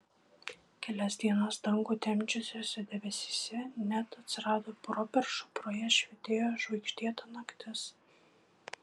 kelias dienas dangų temdžiusiuose debesyse net atsirado properšų pro jas švytėjo žvaigždėta naktis